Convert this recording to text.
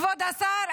כבוד השר,